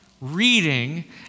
reading